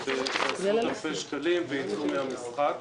בעשרות אלפי שקלים ויצאו מן המשחק.